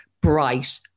bright